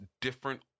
different